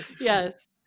yes